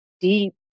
deep